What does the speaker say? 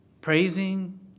praising